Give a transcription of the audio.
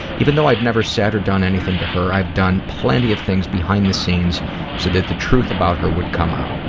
even though i've never said or done anything to her, i've done plenty of things behind the scenes so that the truth about her would come out.